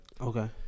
Okay